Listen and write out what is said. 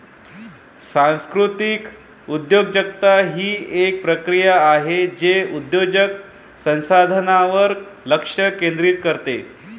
सांस्कृतिक उद्योजकता ही एक प्रक्रिया आहे जे उद्योजक संसाधनांवर लक्ष केंद्रित करते